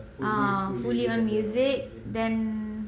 ah fully on music then